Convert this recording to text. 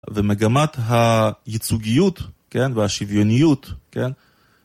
ומגמת הייצוגיות, כן?, והשוויוניות, כן?,